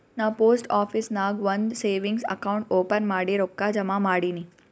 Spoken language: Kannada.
ನಾ ಪೋಸ್ಟ್ ಆಫೀಸ್ ನಾಗ್ ಒಂದ್ ಸೇವಿಂಗ್ಸ್ ಅಕೌಂಟ್ ಓಪನ್ ಮಾಡಿ ರೊಕ್ಕಾ ಜಮಾ ಮಾಡಿನಿ